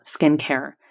skincare